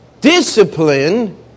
discipline